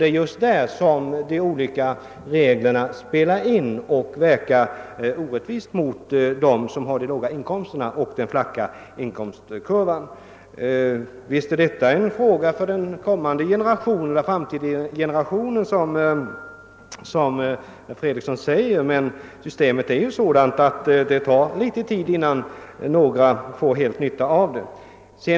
Det är just här som reglerna ger orättvisa utslag mot dem som har de låga inkomsterna och den flacka inkomstkurvan. Visst är detta en fråga för den framtida generationen, som herr Fredriksson sade, men systemet är ju sådant att det tar litet tid innan någon får nytta av det.